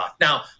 Now